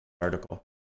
article